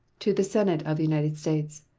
to the senate of the united states